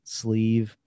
sleeve